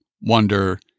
wonder